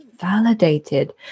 validated